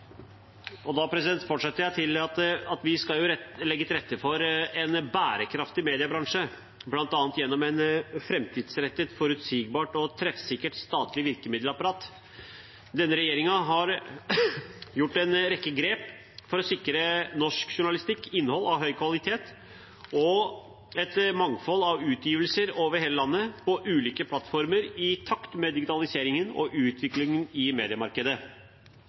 Vi skal legge til rette for en bærekraftig mediebransje, bl.a. gjennom et framtidsrettet, forutsigbart og treffsikkert statlig virkemiddelapparat. Denne regjeringen har tatt en rekke grep for å sikre norsk journalistisk innhold av høy kvalitet og et mangfold av utgivelser over hele landet på ulike plattformer i takt med digitaliseringen og utviklingen i mediemarkedet.